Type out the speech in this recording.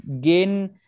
gain